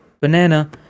banana